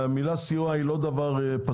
המילה סיוע אינה פסולה.